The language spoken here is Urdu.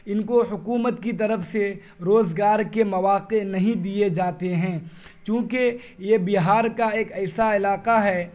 ان کو حکومت کی طرف سے روزگار کے مواقع نہیں دیئے جاتے ہیں چونکہ یہ بہار کا ایک ایسا علاقہ ہے